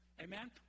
Amen